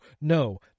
no